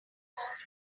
caused